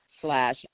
slash